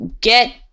get